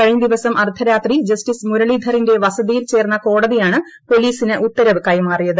കഴിഞ്ഞ ദിവസം അർദ്ധരാത്രി ജസ്റ്റിസ് മുരളീധറിന്റെ വസതിയിൽ ചേർന്ന കോടതിയാണ് പോലീസിന് ഉത്തരവ് കൈമാറിയത്